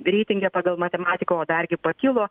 reitinge pagal matematiką o dargi pakilo